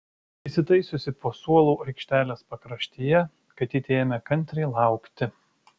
įsitaisiusi po suolu aikštelės pakraštyje katytė ėmė kantriai laukti